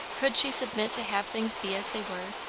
could she submit to have things be as they were?